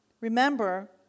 Remember